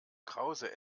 krause